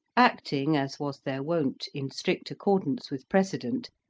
acting, as was their wont, in strict accordance with precedent,